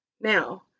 Now